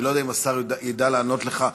אני לא יודע אם השר ידע לענות לך.